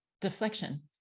deflection